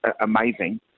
amazing